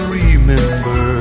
remember